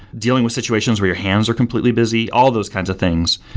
dealing with situations where your hands are completely busy, all those kinds of things.